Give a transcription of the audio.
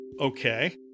Okay